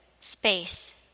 space